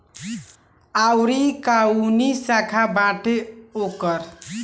आयूरो काऊनो शाखा बाटे ओकर